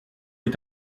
est